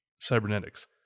cybernetics